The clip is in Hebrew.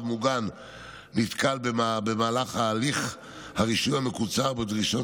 מוגן נתקל במהלך הליך הרישוי המקוצר בדרישות